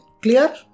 clear